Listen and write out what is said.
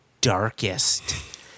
darkest